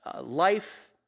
life